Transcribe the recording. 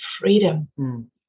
freedom